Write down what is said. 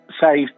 save